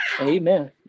Amen